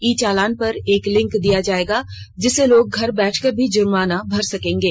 ई चालान पर एक लिंक दिया जाएगा जिससे लोग घर बैठे भी जुर्माना भर सकेंगे